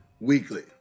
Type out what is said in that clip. weekly